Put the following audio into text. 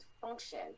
function